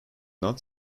not